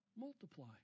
multiply